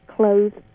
clothes